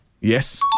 Yes